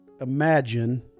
imagine